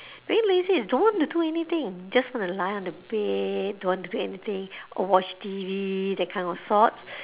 being lazy is don't want to do anything just want to lie on the bed don't want to do anything or watch T_V that kind of thoughts